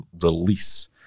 release